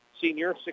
senior